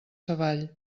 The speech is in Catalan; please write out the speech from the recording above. savall